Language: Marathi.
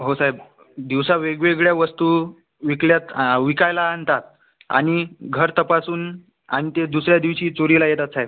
हो साहेब दिवसा वेगवेगळ्या वस्तू विकल्यात विकायला आणता आणि घर तपासून अन् ते दुसऱ्या दिवशी चोरीला येतात साहेब